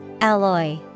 Alloy